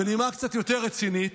בנימה קצת יותר רצינית,